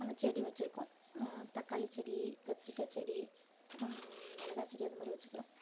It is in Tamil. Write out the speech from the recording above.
நாங்கள் செடி வச்சுருக்கோம் தக்காளி செடி கத்திரிக்காய் செடி மிளகா செடி அந்த மாதிரி வச்சுருக்கோம்